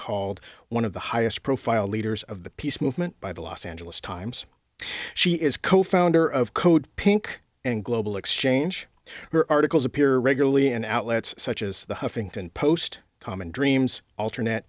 called one of the highest profile leaders of the peace movement by the los angeles times she is co founder of code pink and global exchange her articles appear regularly and outlets such as the huffington post common dreams alter